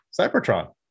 Cybertron